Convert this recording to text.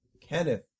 Kenneth